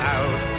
Out